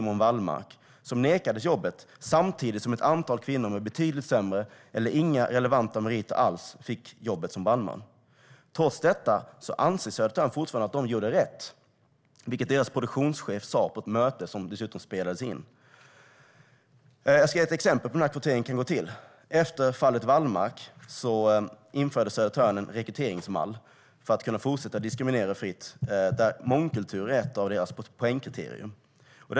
Simon Wallmark hade nekats jobb samtidigt som ett antal kvinnor med betydligt sämre meriter eller inga relevanta meriter alls fått jobb som brandmän. Trots detta anser Södertörns brandförsvarsförbund fortfarande att de gjorde rätt, vilket deras produktionschef sa på ett möte som dessutom spelades in. Jag ska ge ett exempel på hur den här kvoteringen kan gå till. Efter fallet Wallmark införde Södertörns brandförsvarsförbund en rekryteringsmall för att kunna fortsätta diskriminera fritt. Där är mångkultur ett av poängkriterierna.